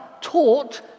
taught